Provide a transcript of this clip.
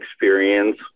experience